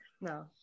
No